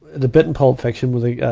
the bit in pulp fiction with the, ah,